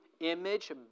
image